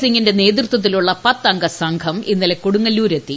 സിങ്ങിന്റെ നേതൃത്വത്തിലുള്ള പത്തംഗ സംഘം ഇന്നലെ കൊടുങ്ങല്ലൂരെത്തി